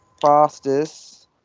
fastest